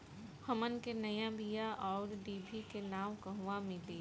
हमन के नया बीया आउरडिभी के नाव कहवा मीली?